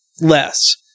less